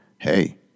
Hey